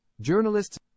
journalists